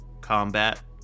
combat